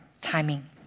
timing